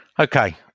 Okay